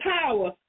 power